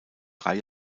drei